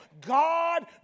God